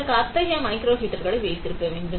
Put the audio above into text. அதற்கு அத்தகைய மைக்ரோ ஹீட்டர்களை வைத்திருக்க வேண்டும்